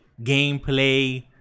gameplay